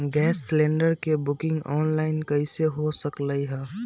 Gas cylinder के booking online कईसे हो सकलई ह?